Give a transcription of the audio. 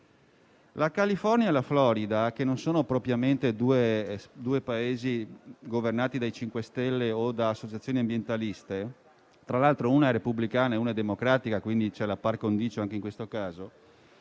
La California e la Florida, che non sono propriamente due Paesi governati dal MoVimento 5 Stelle o da associazioni ambientaliste - tra l'altro una è democratica e l'altra è repubblicana e quindi c'è la *par condicio* anche in questo caso